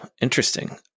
interesting